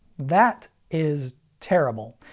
that is terrible.